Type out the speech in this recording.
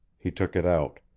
he took it out.